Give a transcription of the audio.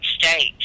States